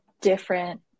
different